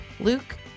Luke